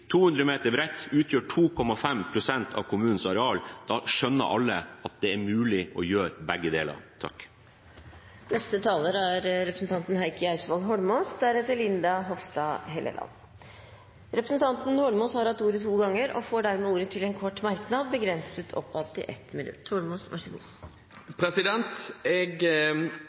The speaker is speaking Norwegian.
200 meter bredde utgjør 2,5 pst. av kommunens areal. Da skjønner alle at det er mulig å gjøre begge deler. Representanten Heikki Eidsvoll Holmås har hatt ordet to ganger tidligere i debatten og får ordet til en kort merknad, begrenset til 1 minutt.